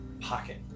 pocket